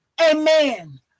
amen